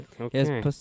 Okay